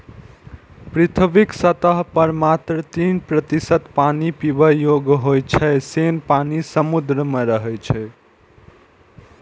पृथ्वीक सतह पर मात्र तीन प्रतिशत पानि पीबै योग्य होइ छै, शेष पानि समुद्र मे रहै छै